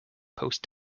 post